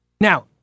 Now